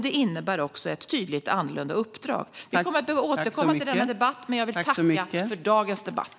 Det innebär också ett tydligt och annorlunda uppdrag. Vi kommer att behöva återkomma till detta ämne, men jag vill tacka för dagens debatt.